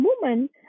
woman